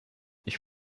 ich